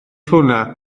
hwnna